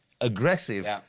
aggressive